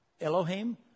Elohim